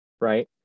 right